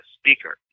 speaker